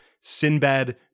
Sinbad